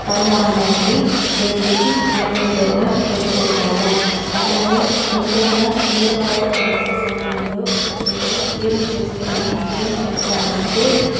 పరమాన్నాని దేవుడికి నైవేద్యంగా పెట్టుకుంటాము అలానే ముఖ్యంగా దీపావళి పండుగ సమయంలో మేము ఏమి చేస్తున్నా ఏం చేస్తామంటే